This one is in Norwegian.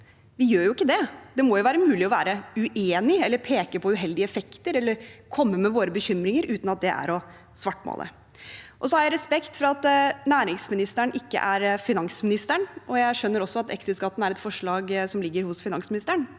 Vi gjør jo ikke det. Det må være mulig å være uenig, peke på uheldige effekter eller komme med våre bekymringer uten at det er å svartmale. Så har jeg respekt for at næringsministeren ikke er finansministeren, og jeg skjønner også at exit-skatten er et forslag som ligger hos finansministeren.